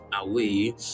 away